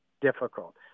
difficult